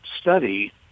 study